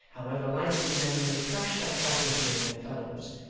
however lightly men may crush that faculty in their fellows,